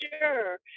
sure